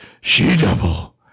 she-devil